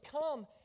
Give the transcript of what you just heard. come